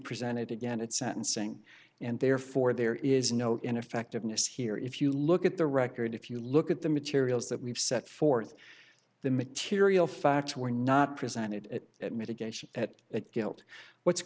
presented again it sentencing and therefore there is no ineffectiveness here if you look at the record if you look at the materials that we've set forth the material facts were not presented at at mitigation at that guilt what's